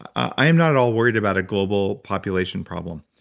i am not at all worried about a global population problem.